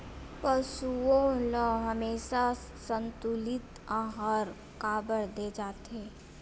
पशुओं ल हमेशा संतुलित आहार काबर दे जाथे?